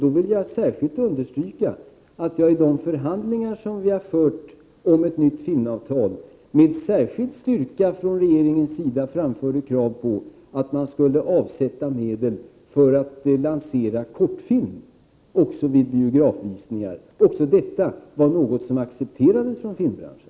Då vill jag särskilt understryka att jag i de förhandlingar som vi har fört om ett nytt filmavtal, med särskild styrka från regeringen framförde krav på att man skulle avsätta medel för att lansera kortfilm också för visning vid biografer. Även detta accepterades från filmbranschen.